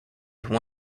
one